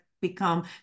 become